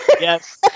yes